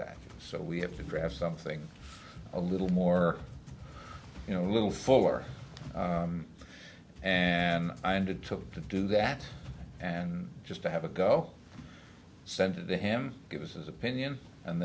stat so we have to grab something a little more you know a little fuller and i undertook to do that and just to have a go sent it to him give us his opinion and